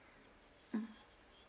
mm